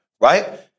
right